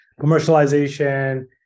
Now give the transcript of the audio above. commercialization